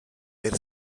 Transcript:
per